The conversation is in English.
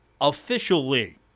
officially